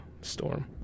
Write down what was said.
Storm